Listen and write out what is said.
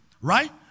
right